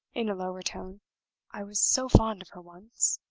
in a lower tone i was so fond of her once.